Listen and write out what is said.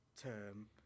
term